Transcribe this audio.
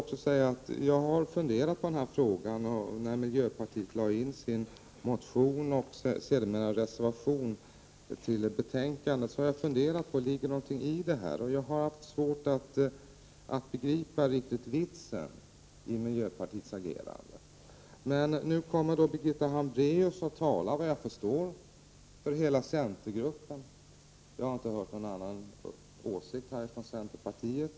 I samband med att miljöpartiet väckte sin motion och sedan fogade sin reservation till betänkandet har jag funderat över om det ligger något i detta. Jag har haft svårt att riktigt begripa vitsen med miljöpartiets agerande. Men nu talar Birgitta Hambraeus i denna fråga; såvitt jag förstår talar hon för hela centergruppen eftersom vi här inte har hört någon annan åsikt från centerpartiet.